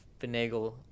finagle